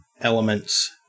elements